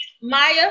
Maya